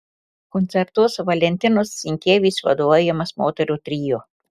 koncertuos valentinos sinkevič vadovaujamas moterų trio